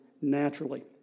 naturally